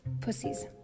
pussies